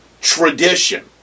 tradition